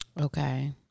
Okay